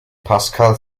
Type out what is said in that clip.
pascal